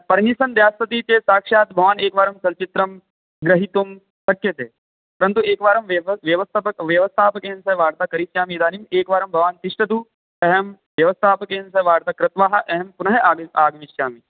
permission दास्यति चेत् साक्षात् भवान् एकवारं चलच्चित्रं ग्रहीतुं शक्यते परन्तु एकवारं व्यव व्यवस्थापक व्यवस्थापकेन सह वार्ताः करिष्यामि इदानीं एकवारं भवान् तिष्ठतु अहं व्यवस्थापकेन सह वार्ताः कृत्वा अहं पुनः आगमिष्यामि